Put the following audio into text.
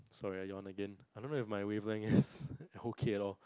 sorry I yawn again I don't know if my wavelength is okay at all